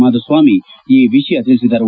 ಮಾಧುಸ್ವಾಮಿ ಈ ವಿಷಯ ತಿಳಿಸಿದರು